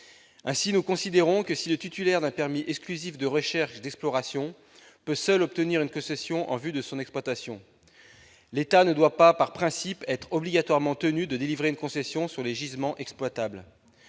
Nous considérons que si seul le titulaire d'un permis exclusif de recherches d'exploration peut obtenir une concession en vue de l'exploitation, l'État ne doit pas, par principe, être tenu d'octroyer une concession sur les gisements exploitables.